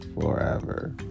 forever